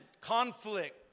conflict